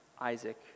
Isaac